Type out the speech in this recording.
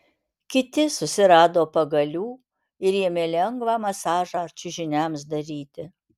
kiti susirado pagalių ir ėmė lengvą masažą čiužiniams daryti